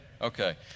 Okay